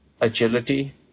agility